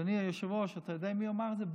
אדוני היושב-ראש, אתה יודע מי אמר את זה?